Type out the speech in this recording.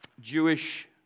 Jewish